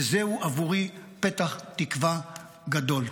וזהו עבורי פתח תקווה גדול.